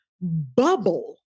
bubble